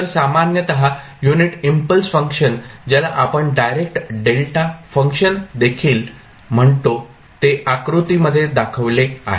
तर सामान्यत unit impulse function ज्याला आपण डायरेक डेल्टा फंक्शन देखील म्हणतो ते आकृतीमध्ये दाखवले आहे